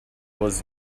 was